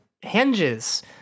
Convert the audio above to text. hinges